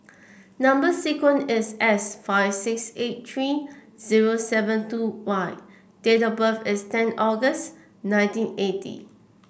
number sequence is S five six eight three zero seven two Y date of birth is ten August nineteen eighty